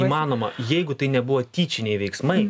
įmanoma jeigu tai nebuvo tyčiniai veiksmai